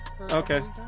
Okay